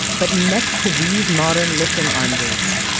but next to these modern lifting arm gates,